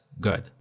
good